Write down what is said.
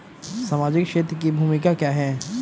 सामाजिक क्षेत्र की भूमिका क्या है?